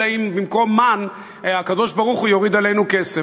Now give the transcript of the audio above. אלא אם במקום מן הקדוש-ברוך-הוא יוריד עלינו כסף,